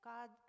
God